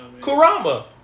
Kurama